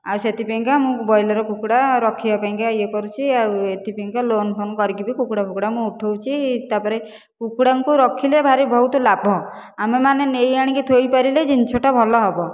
ଆଉ ସେଥିପାଇଁକା ମୁଁ ବ୍ରଇଲର୍ କୁକୁଡ଼ା ରଖିବା ପାଇଁକା ଇଏ କରୁଛି ଆଉ ଏଥିପାଇଁକା ଲୋନ୍ଫୋନ୍ କରିକି ବି କୁକୁଡ଼ାଫୁକୁଡ଼ା ମୁଁ ଉଠଉଛି ତା'ପରେ କୁକୁଡ଼ାଙ୍କୁ ରଖିଲେ ଭାରି ବହୁତ ଲାଭ ଆମେମାନେ ନେଇ ଆଣିକି ଥୋଇ ପାରିଲେ ଜିନିଷଟା ଭଲ ହେବ